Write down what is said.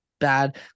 bad